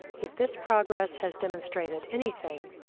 if this progress has demonstrated anything,